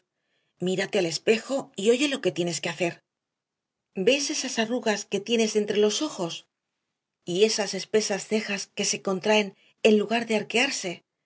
mírate al espejo y oye lo que tienes que hacer ves esas arrugas que tienes entre los ojos y esas espesas cejas que se contraen en lugar de arquearse